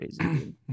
crazy